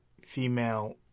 female